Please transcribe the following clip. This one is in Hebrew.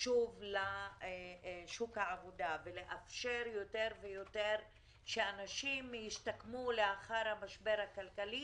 שוב לשוק העבודה ולאפשר יותר ויותר שאנשים ישתקמו לאחר המשבר הכלכלי